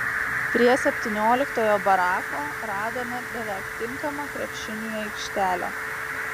prie septynioliktojo barako radome beveik tinkamą krepšiniui aikštelę